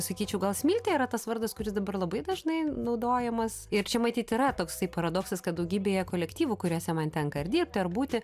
sakyčiau gal smiltė yra tas vardas kuris dabar labai dažnai naudojamas ir čia matyt yra toksai paradoksas kad daugybėje kolektyvų kuriuose man tenka ar dirbti ar būti